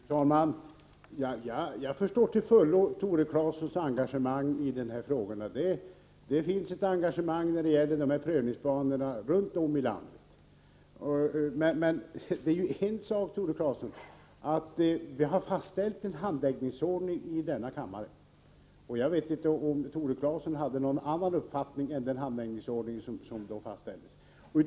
Fru talman! Jag förstår till fullo Tore Claesons engagemang i denna fråga. Ett sådant engagemang finns när det gäller dessa prövningsplaner runt om i landet. Men, Tore Claeson, det har ju fastställts en handläggningsordning i denna kammare. Jag vet inte om Tore Claeson hade någon annan uppfattning när den fastställdes.